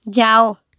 जाओ